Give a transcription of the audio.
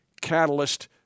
Catalyst